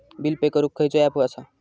Bill pay करूक खैचो app असा?